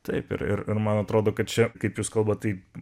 taip ir ir man atrodo kad čia kaip jūs kalbat tai